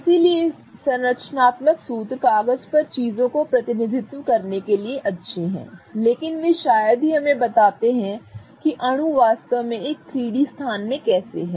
इसलिए संरचनात्मक सूत्र कागज पर चीजों का प्रतिनिधित्व करने के लिए अच्छे हैं लेकिन वे शायद ही हमें बताते हैं कि अणु वास्तव में एक 3 डी स्थान में कैसे है